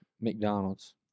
McDonald's